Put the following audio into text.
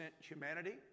humanity